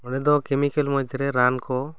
ᱚᱸᱰᱮ ᱫᱚ ᱠᱮᱢᱤᱠᱟᱞ ᱢᱚᱫᱽ ᱨᱮ ᱨᱟᱱ ᱠᱚ